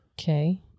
Okay